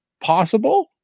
possible